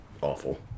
awful